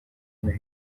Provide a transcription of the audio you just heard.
igana